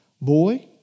boy